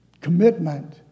commitment